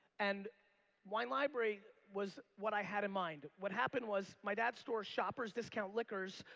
and wine library was what i had in mind. what happened was my dad's store, shoppers discount liquors,